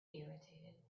irritated